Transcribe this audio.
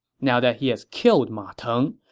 now that he has killed ma teng,